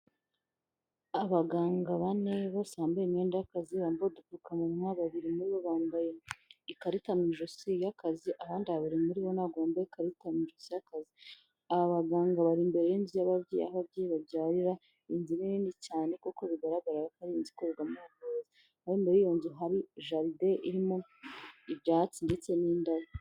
Abaganga bane, bose bambaye imyenda y'akazi, bambaye udupfukamunwa, babiri muri bo bambaye ikarita mu ijosi y'akazi, abandi babiri muri bo ntago bambaye ikarita mu ijosi y'akazi, aba baganga bari imbere y'inzu y'ababyeyi, aho ababyeyi babyarira, iyi nzu ni nini cyane kuko bigaragara ko ari inzu ikorerwamo ubuvuzi, aho muri iyo nzu harimo jaride irimo ibyatsi ndetse n'indabo.